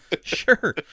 Sure